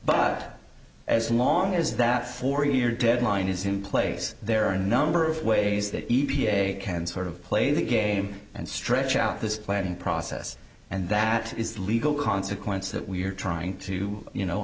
but as long as that four year deadline is in place there are a number of ways that e p a can sort of play the game and stretch out this planning process and that is the legal consequence that we're trying to you know